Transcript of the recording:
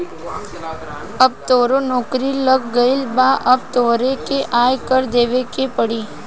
अब तोहरो नौकरी लाग गइल अब तोहरो के आय कर देबे के पड़ी